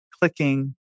clicking